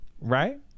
Right